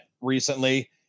recently